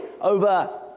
over